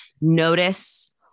notice